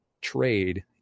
trade